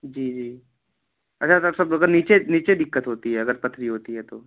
जी जी अच्छा डाक्टर साहब नीचे नीचे दिक़्क़त होती है अगर पथरी होती है तो